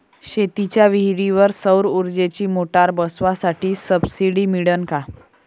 शेतीच्या विहीरीवर सौर ऊर्जेची मोटार बसवासाठी सबसीडी मिळन का?